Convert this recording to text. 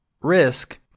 Risk